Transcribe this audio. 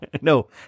no